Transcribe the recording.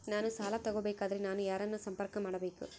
ನಾನು ಸಾಲ ತಗೋಬೇಕಾದರೆ ನಾನು ಯಾರನ್ನು ಸಂಪರ್ಕ ಮಾಡಬೇಕು?